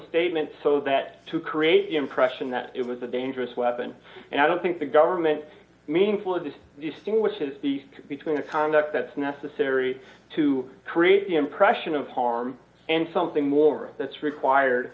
statements so that to create the impression that it was a dangerous weapon and i don't think the government meaningful of this distinguishes between a conduct that's necessary to create the impression of harm and something more that's required